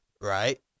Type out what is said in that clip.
right